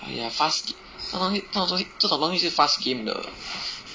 !aiya! fast gam~ 这种东西这种东西这种东西就是 fast game 的